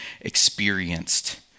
experienced